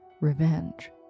revenge